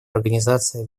организации